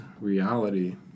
reality